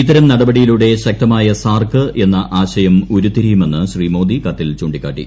ഇത്തരം നടപടിയിലൂടെ ശക്തമായ സാർക്ക് എന്ന ആശയം ഉരുത്തിരുയുമെന്ന് ശ്രീ മോദി കത്തിൽ ചൂണ്ടിക്കാട്ടി